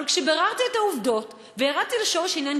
אבל כשביררתי את העובדות וירדתי לשורש העניין,